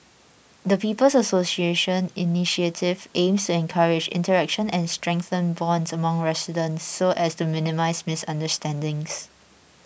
the People's Association initiative aims encourage interaction and strengthen bonds among residents so as to minimise misunderstandings